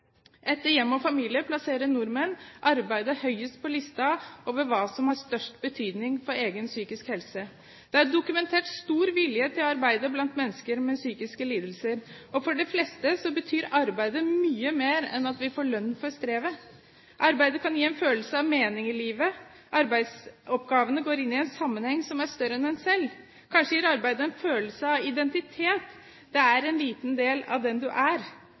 Etter hjem og familie plasserer nordmenn arbeidet høyest på lista over hva som har størst betydning for egen psykisk helse. Det er dokumentert stor vilje til å arbeide blant mennesker med psykiske lidelser. For de fleste betyr arbeidet mye mer enn at de får lønn for strevet. Arbeidet kan gi en følelse av mening i livet – arbeidsoppgavene går inn i en sammenheng som er større enn en selv. Kanskje gir arbeidet en følelse av identitet, det er en liten del av den du er.